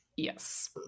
Yes